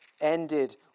ended